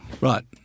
Right